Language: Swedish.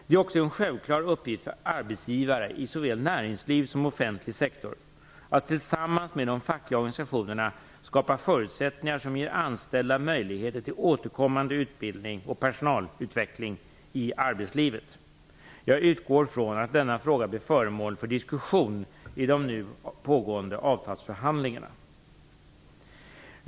Det är också en självklar uppgift för arbetsgivare i såväl näringsliv som offentlig sektor att tillsammans med de fackliga organisationerna skapa förutsättningar som ger anställda möjligheter till återkommande utbildning och personalutveckling i arbetslivet. Jag utgår från att denna fråga blir föremål för diskussion i de nu pågående avtalsförhandlingarna.